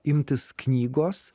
imtis knygos